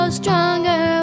stronger